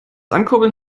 ankurbeln